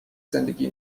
زندگی